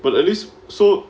but at least so